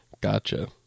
Gotcha